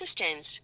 assistance